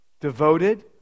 devoted